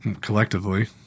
collectively